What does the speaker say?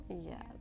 Yes